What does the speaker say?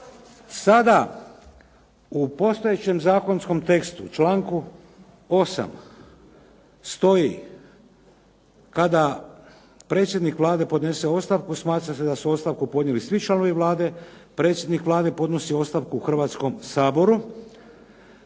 Sada u postojećem zakonskom tekstu, članku 8. stoji kada predsjednik Vlade podnese ostavku, smatra se da su ostavku podnijeli svi članovi Vlade. Predsjednik Vlade podnosi ostavku Hrvatskom saboru.